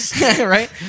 Right